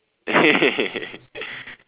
eh